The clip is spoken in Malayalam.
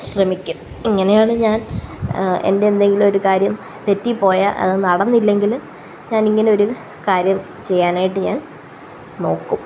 ശ്രമിക്കും ഇങ്ങനെയാണ് ഞാന് എന്റെ എന്തെങ്കിലുമൊരു കാര്യം തെറ്റിപ്പോയാൽ അതു നടന്നില്ലെങ്കിൽ ഞാനങ്ങനെ ഒരു കാര്യം ചെയ്യാനായിട്ട് ഞാന് നോക്കും